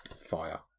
fire